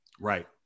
Right